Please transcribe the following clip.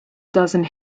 dozen